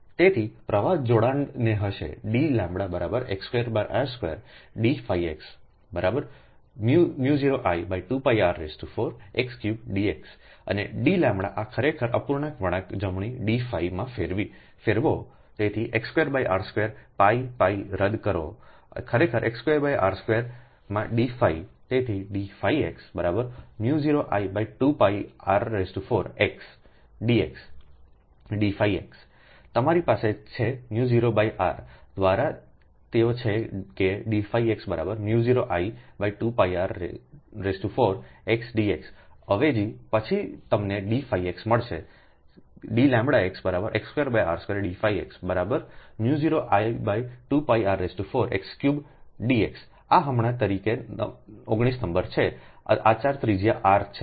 તેથી પ્રવાહ જોડાણને હશેdλ x2r2dx 0I2πr4x3dx એ D d λ આ ખરેખર છે અપૂર્ણાંક વળાંક જમણી dમાં ફેરવો તેથી x2 r2 πરદ કરો ખરેખર x2 r2 માં dતેથી dx 0I2πr4xdx D phi x તમારી પાસે છે જોઇ 0 r દ્વારા તેઓ છે કેdx 0I2πr4xdxઅવેજી પછી તમને dxમળશે છેdx x2r2dx 0I2πr4x3dx આ હમણાં તરીકે 19 નંબર છે આચાર ત્રિજ્યા r છે